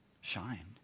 Shine